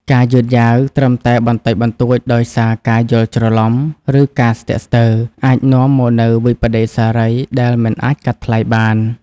ការយឺតយ៉ាវត្រឹមតែបន្តិចបន្តួចដោយសារការយល់ច្រឡំ ឬការស្ទាក់ស្ទើរ អាចនាំមកនូវវិប្បដិសារីដែលមិនអាចកាត់ថ្លៃបាន។